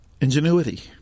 Ingenuity